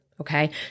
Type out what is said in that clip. okay